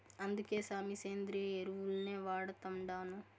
అందుకే సామీ, సేంద్రియ ఎరువుల్నే వాడతండాను